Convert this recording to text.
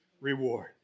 reward